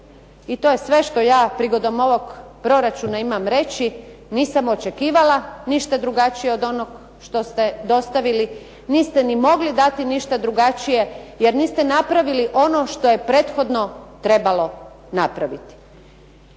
I to je sve što ja prigodom ovog proračuna imam reći. Nisam ni očekivala ništa drugačije od onoga što ste dostavili, niste ni mogli dati ništa drugačije, jer niste napravili ono što je prethodno trebalo napraviti.